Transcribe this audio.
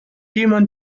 jemand